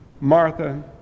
Martha